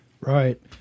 Right